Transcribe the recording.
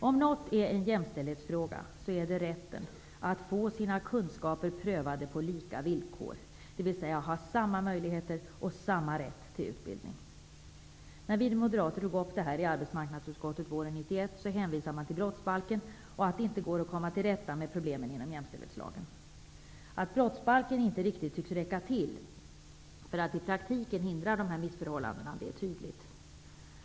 Om något är en jämställdhetsfråga så är det rätten att få sina kunskaper prövade på lika villkor, dvs. att ha samma möjligheter och samma rätt till utbildning. När vi moderater tog upp detta i arbetsmarknadsutskottet våren 1991 hänvisade man till brottsbalken och sade att det inte går att komma till rätta med problemen inom jämställdhetslagen. Att brottsbalken inte riktigt tycks räcka för att i praktiken förhindra dessa missförhållanden är tydligt.